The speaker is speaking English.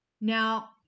Now